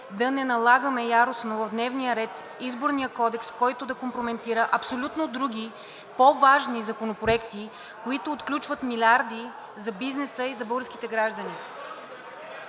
да не налагаме яростно в дневния ред Изборния кодекс, който да компрометира абсолютно други по-важни законопроекти, които отключват милиарди за бизнеса и за българските граждани.